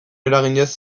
eraginez